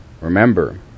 Remember